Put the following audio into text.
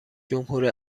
جمهور